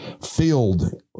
filled